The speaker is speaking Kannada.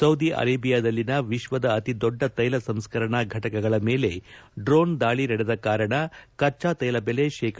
ಸೌದಿ ಅರೇಬಿಯಾದಲ್ಲಿನ ವಿಶ್ವದ ಅತಿದೊಡ್ಡ ತೈಲ ಸಂಸ್ಕರಣಾ ಫಟಕಗಳ ಮೇಲೆ ಡ್ರೋನ್ ದಾಳಿ ನಡೆದ ಕಾರಣ ಕಚ್ಚಾ ತೈಲ ಬೆಲೆ ಶೇ